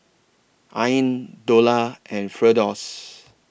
Ain Dollah and Firdaus